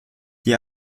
die